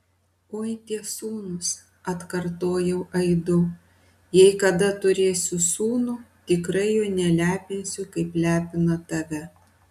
oi tie sūnūs atkartojau aidu jei kada turėsiu sūnų tikrai jo nelepinsiu kaip lepina tave